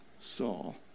Saul